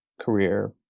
career